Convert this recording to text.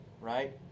right